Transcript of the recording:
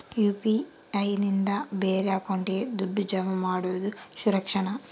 UPI ನಿಂದ ಬೇರೆ ಅಕೌಂಟಿಗೆ ದುಡ್ಡು ಜಮಾ ಮಾಡೋದು ಸುರಕ್ಷಾನಾ?